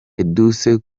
edouce